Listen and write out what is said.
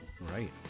Right